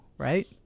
Right